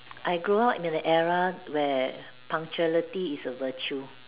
I grow up in era where punctuality is a virtue